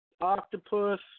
octopus